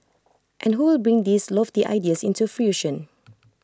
and who will bring these lofty ideas into fruition